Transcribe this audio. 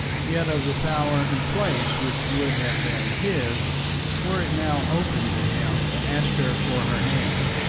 yet of the power and place which would have been his were it now open to him to ask her for her hand.